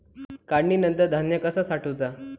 काढणीनंतर धान्य कसा साठवुचा?